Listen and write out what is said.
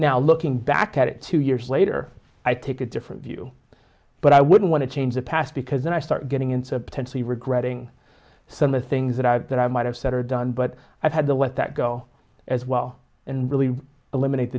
now looking back at it two years later i take a different view but i wouldn't want to change the past because then i start getting into potentially regretting some the things that i thought i might have said or done but i've had to let that go as well and really eliminate